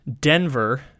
Denver